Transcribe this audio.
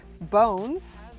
Bones